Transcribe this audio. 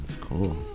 Cool